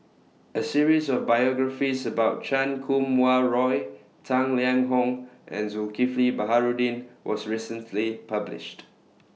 A series of biographies about Chan Kum Wah Roy Tang Liang Hong and Zulkifli Baharudin was recently published